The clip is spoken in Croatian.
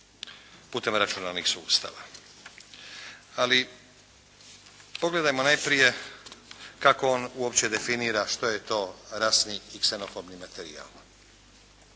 putem računalnih sustava. Ali pogledajmo najprije kako on uopće definira što je to rasni i ksenofobni materijal.